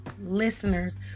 listeners